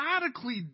radically